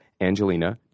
Angelina